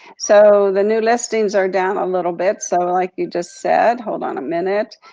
so the new listings are down a little bit, so like you just said, hold on a minute,